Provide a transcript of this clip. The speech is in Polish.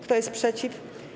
Kto jest przeciw?